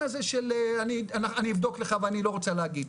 הזה שאני אבדוק ואני לא רוצה להגיד,